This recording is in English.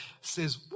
says